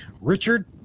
Richard